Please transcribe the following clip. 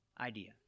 idea